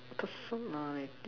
person like